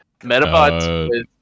Metabots